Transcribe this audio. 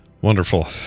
Wonderful